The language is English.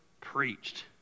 preached